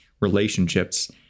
relationships